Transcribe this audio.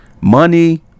money